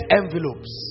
envelopes